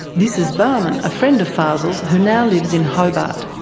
this is bahman, a friend of fazel's who now lives in hobart.